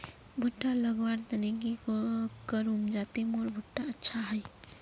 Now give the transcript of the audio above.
भुट्टा लगवार तने की करूम जाते मोर भुट्टा अच्छा हाई?